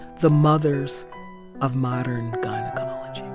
the mothers of modern gynecology